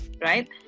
right